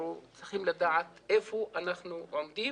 אנחנו צריכים לדעת איפה אנחנו עומדים